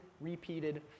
repeated